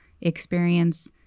experience